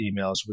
emails